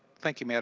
thank you mme. and